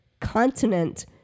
continent